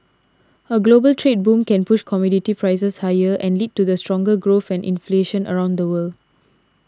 a global trade boom can push commodity prices higher and lead to stronger growth and inflation around the world